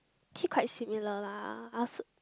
actually quite similar lah I also